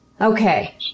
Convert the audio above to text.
okay